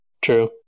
True